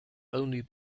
only